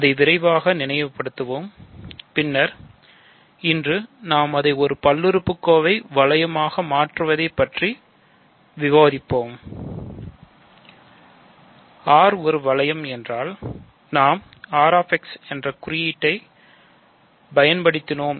அதை விரைவாக நினைவுபடுத்துவோம் பின்னர் இன்று நாம் அதை ஒரு பல்லுறுப்புக்கோவை வளையமாகமாற்றுவதை பற்றி விவாதிப்போம்